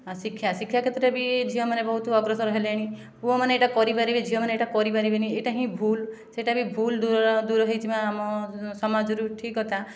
ଆଉ ଶିକ୍ଷା ଶିକ୍ଷା କ୍ଷେତ୍ରରେ ବି ଝିଅ ମାନେ ବହୁତ ଅଗ୍ରସର ହେଲେଣି ପୁଅ ମାନେ ଏହିଟା କରିପାରିବେ ଝିଅ ମାନେ ଏହିଟା କରିପାରିବେନି ଏହିଟା ହିଁ ଭୁଲ ସେଟା ବି ଭୁଲ ଦୂର ଦୂର ହୋଇଛି ବା ଆମ ସମାଜରୁ ଠିକ କଥା